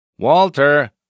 Walter